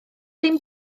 ddim